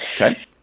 Okay